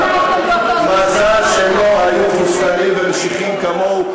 מזל שהם לא היו תבוסתניים ומשיחיים כמוהו,